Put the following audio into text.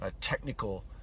technical